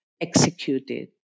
executed